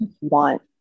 want